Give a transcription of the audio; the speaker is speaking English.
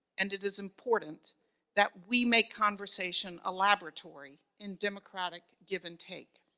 and it is important that we make conversation a laboratory in democratic give-and-take.